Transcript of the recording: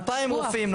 2,000 רופאים,